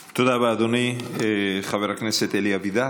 מתאר, תוכניות מפורטות.